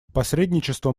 посредничество